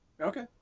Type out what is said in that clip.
Okay